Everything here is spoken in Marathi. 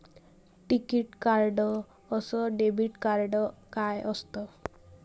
टिकीत कार्ड अस डेबिट कार्ड काय असत?